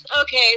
okay